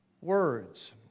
words